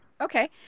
Okay